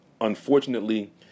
unfortunately